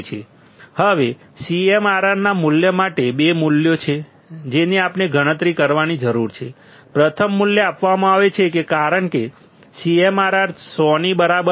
હવે CMRRના મૂલ્ય માટે બે મૂલ્યો છે જેની આપણે ગણતરી કરવાની જરૂર છે પ્રથમ મૂલ્ય આપવામાં આવે છે કારણ કે CMRR 100 ની બરાબર છે